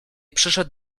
przyszedł